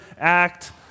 act